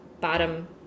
bottom